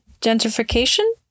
gentrification